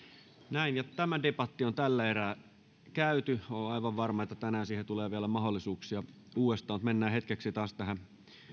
näin ja tämä debatti on tällä erää käyty olen aivan varma että tänään siihen tulee vielä mahdollisuuksia uudestaan mutta mennään hetkeksi taas tähän